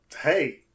hey